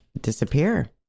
disappear